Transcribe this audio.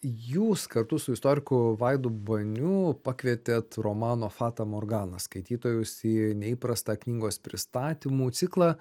jūs kartu su istoriku vaidu baniu pakvietėt romano fata morgana skaitytojus į neįprastą knygos pristatymų ciklą